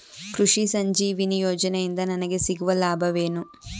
ಕೃಷಿ ಸಂಜೀವಿನಿ ಯೋಜನೆಯಿಂದ ನನಗೆ ಸಿಗುವ ಲಾಭವೇನು?